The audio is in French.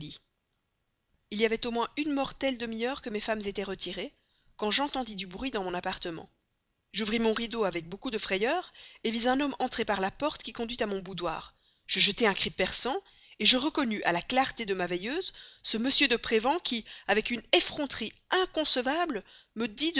il y avait au moins une mortelle demi-heure que mes femmes étaient retirées quand j'entendis du bruit dans mon appartement j'ouvris mon rideau avec beaucoup de frayeur vis un homme entrer par la porte qui conduit à mon boudoir je jetai un cri perçant je reconnus à la clarté de ma veilleuse ce m prévan qui avec une effronterie inconcevable me dit